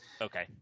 Okay